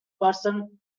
person